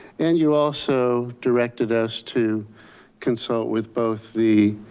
and you also directed us to consult with both the